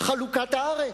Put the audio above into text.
חלוקת הארץ.